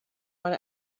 want